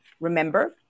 remember